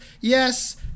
yes